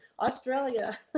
Australia